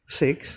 six